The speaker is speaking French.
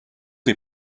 est